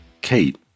Kate